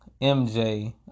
MJ